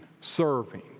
serving